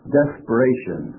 desperation